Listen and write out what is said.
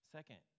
Second